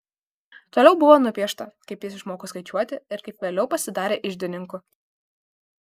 toliau buvo nupiešta kaip jis išmoko skaičiuoti ir kaip vėliau pasidarė iždininku